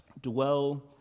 dwell